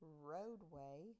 roadway